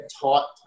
taught